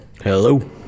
Hello